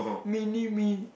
mini me